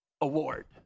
Award